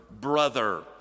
brother